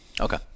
Okay